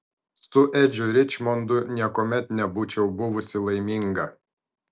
su edžiu ričmondu niekuomet nebūčiau buvusi laiminga